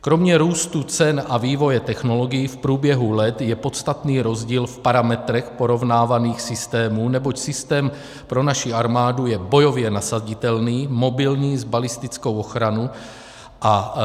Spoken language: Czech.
Kromě růstu cen a vývoje technologií v průběhu let je podstatný rozdíl v parametrech porovnávaných systémů, neboť systém pro naši armádu je bojově nasaditelný, mobilní, s balistickou ochranou a